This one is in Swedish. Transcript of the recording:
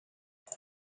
det